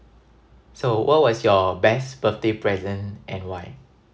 so what was your best birthday present and why